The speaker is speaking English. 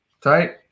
tight